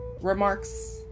remarks